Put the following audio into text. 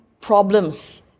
problems